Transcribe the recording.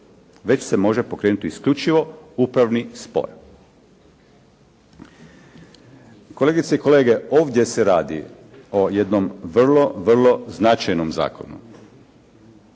već se može pokrenuti isključivo upravni spor. Kolegice i kolege ovdje se radi o jednom vrlo, vrlo značajnom zakonu.